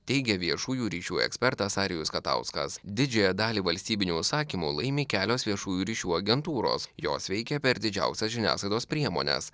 teigia viešųjų ryšių ekspertas arijus katauskas didžiąją dalį valstybinių užsakymų laimi kelios viešųjų ryšių agentūros jos veikia per didžiausias žiniasklaidos priemones